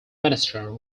minister